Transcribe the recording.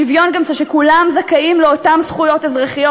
שוויון זה גם שכולם זכאים לאותן זכויות אזרחיות,